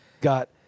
got